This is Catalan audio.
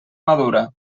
madura